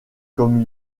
comme